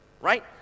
right